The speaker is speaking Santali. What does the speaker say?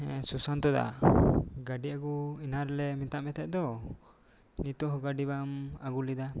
ᱦᱮᱸ ᱥᱩᱥᱟᱱᱛᱚ ᱫᱟ ᱜᱟᱹᱰᱤ ᱟᱹᱜᱩ ᱮᱱᱟᱝ ᱨᱮᱞᱮ ᱢᱮᱛᱟᱜ ᱢᱮ ᱛᱟᱦᱮᱱ ᱫᱚ ᱱᱤᱛ ᱦᱚᱸ ᱜᱟᱹᱰᱤ ᱵᱟᱢ ᱟᱹᱜᱩ ᱞᱮᱫᱟ